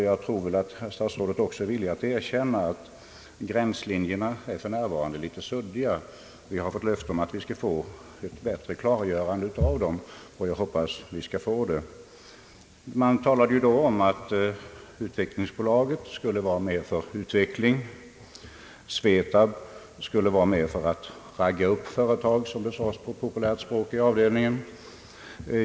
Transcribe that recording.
Jag tror också att statsrådet är villig att erkänna att gränslinjerna för närvarande är litet suddiga. Vi har fått löfte om ett klargörande av dem, och jag hoppas vi skall få det. Man talade i dag om att utvecklingsbolaget skulle svara för utvecklingen och att SVETAB skulle svara för att ragga upp företag, som det sades på populärt språk i avdelningen.